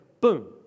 boom